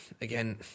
again